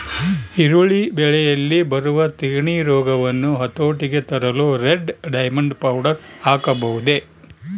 ಈರುಳ್ಳಿ ಬೆಳೆಯಲ್ಲಿ ಬರುವ ತಿರಣಿ ರೋಗವನ್ನು ಹತೋಟಿಗೆ ತರಲು ರೆಡ್ ಡೈಮಂಡ್ ಪೌಡರ್ ಹಾಕಬಹುದೇ?